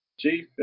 Chief